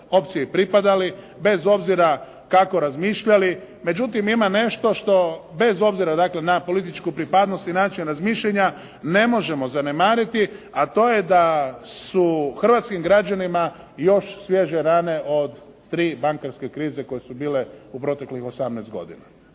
opciji pripadali, bez obzira kako razmišljali. Međutim ima nešto što bez obzira dakle na političku pripadnost i način razmišljanja ne možemo zanemariti, a to je da su hrvatskim građanima još svježe rane od tri bankarske krize koje su bile u proteklih 18 godina.